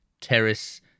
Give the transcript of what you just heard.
Terrace